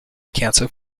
cancer